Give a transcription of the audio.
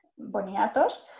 boniatos